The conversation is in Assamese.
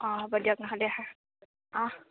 অঁ হ'ব দিয়ক নহ'লে অহ্